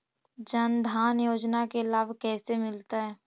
जन धान योजना के लाभ कैसे मिलतै?